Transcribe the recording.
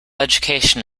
education